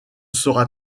sera